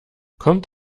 kommt